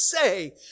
say